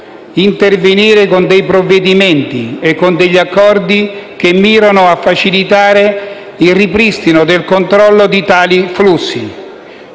intervenire con provvedimenti e con accordi che mirino a facilitare il ripristino del controllo di tali flussi,